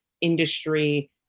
industry